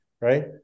Right